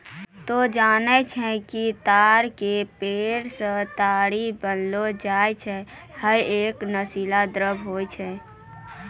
तोहं जानै छौ कि ताड़ के पेड़ सॅ ताड़ी भी बनैलो जाय छै, है एक नशीला द्रव्य होय छै